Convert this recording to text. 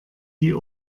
die